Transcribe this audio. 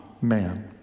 man